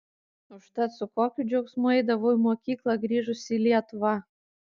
užtat su kokiu džiaugsmu eidavau į mokyklą grįžusi į lietuvą